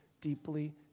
deeply